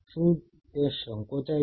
શું તે સંકોચાય છે